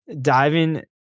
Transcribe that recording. diving